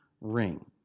ring